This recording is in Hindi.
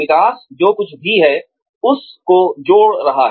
विकास जो कुछ भी है उस को जोड़ रहा है